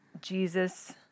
Jesus